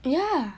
ya